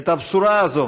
את הבשורה הזאת